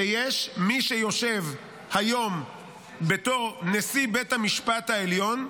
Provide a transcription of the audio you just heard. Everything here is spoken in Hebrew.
שיש מי שיושב היום בתור נשיא בית המשפט העליון,